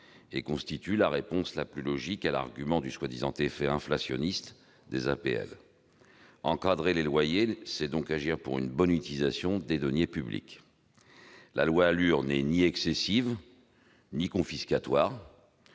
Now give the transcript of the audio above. et constitue la réponse la plus logique à l'argument du prétendu effet inflationniste des APL. Encadrer les loyers, c'est donc agir pour une bonne utilisation des deniers publics. La loi ALUR n'est ni excessive ni confiscatoire